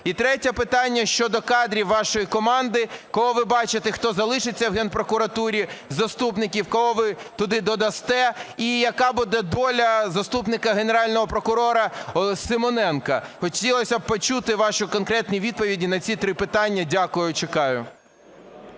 І третє питання щодо кадрів вашої команди. Кого ви бачите, хто залишиться в Генпрокуратурі з заступників, кого ви туди додасте і яка буде доля заступника Генерального прокурора Симоненка? Хотілося б почути ваші конкретні відповіді на ці три питання. Дякую і чекаю.